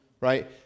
Right